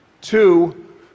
two